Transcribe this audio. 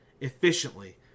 efficiently